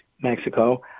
Mexico